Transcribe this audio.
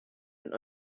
und